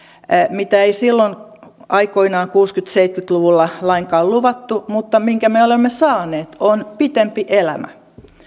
mitä ei silloin aikoinaan kuusikymmentä viiva seitsemänkymmentä luvuilla lainkaan luvattu mutta minkä me olemme saaneet on pitempi elämä